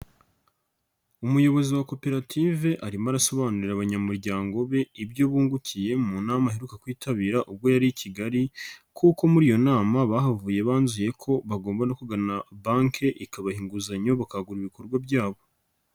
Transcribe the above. Umuyobozi wa koperative arimo arasobanurira abanyamuryango be ibyo bungukiye mu nama aheruka kwitabira ubwo yari i Kigali kuko muri iyo nama bahavuye banzuye ko bagomba no kugana banke ikabaha inguzanyo bakagura ibikorwa byabo.